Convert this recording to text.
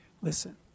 Listen